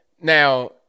Now